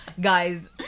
Guys